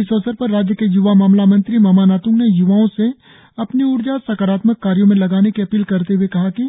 इस अवसर पर राज्य के य्वा मामला मंत्री मामा नात्ंग ने य्वाओं से अपनी ऊर्जा सकारात्मक कार्यों में लगाने की अपील करते हए